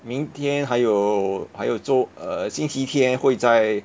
明天还有还有周 err 星期天会在